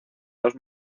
dos